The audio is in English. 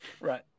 Right